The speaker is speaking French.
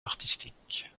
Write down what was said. artistique